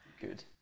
good